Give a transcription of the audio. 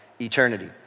eternity